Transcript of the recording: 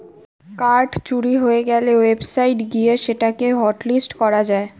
card চুরি হয়ে গ্যালে ওয়েবসাইট গিয়ে সেটা কে হটলিস্ট করা যায়